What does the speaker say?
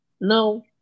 No